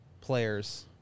players